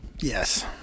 yes